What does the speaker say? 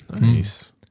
Nice